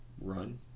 Run